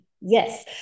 yes